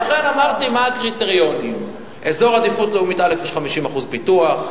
לכן אמרתי מה הקריטריונים: באזור עדיפות לאומית א' יש 50% פיתוח.